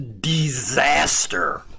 disaster